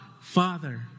Father